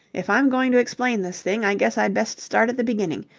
if i'm going to explain this thing, i guess i'd best start at the beginning.